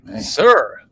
Sir